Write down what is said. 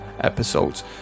episodes